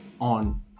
on